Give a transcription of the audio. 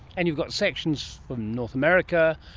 and you've got sections from north america,